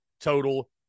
total